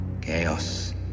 Chaos